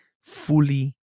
fully